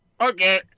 okay